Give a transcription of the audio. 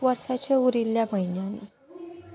वर्साचे उरिल्ल्या म्हयन्यांनी